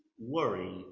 worry